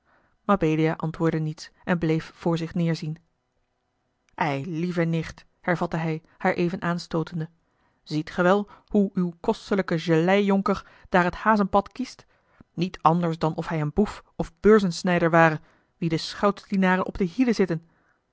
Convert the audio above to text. mabelia antwoordde niets en bleef voor zich neêrzien eilieve nicht hervatte hij haar even aanstootende ziet ge wel hoe uw kostelijke gelei jonker daar het hazenpad kiest niet anders dan of hij een boef of beurzensnijder ware wien de schoutsdienaren op de hielen zitten